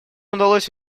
удалось